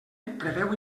preveu